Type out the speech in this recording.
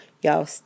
Y'all